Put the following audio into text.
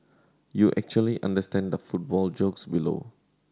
you actually understand the football jokes below